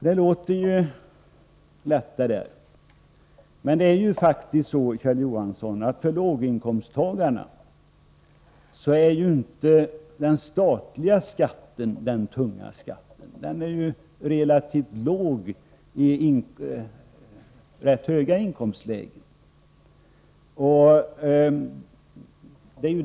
Det går lätt att säga så. Men för låginkomsttagarna, Kjell Johansson, är inte den statliga skatten den tunga skatten. Den är relativt låg även i rätt höga inkomstlägen.